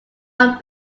are